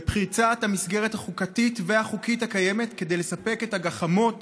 בפריצת המסגרת החוקתית והחוקית הקיימת כדי לספק את הגחמות